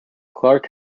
clark